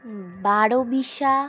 বারো বিশা